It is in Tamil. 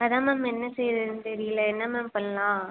அதுதான் மேம் என்ன செய்வதுன்னு தெரியல என்ன மேம் பண்ணலாம்